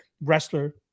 wrestler